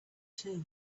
too